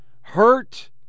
hurt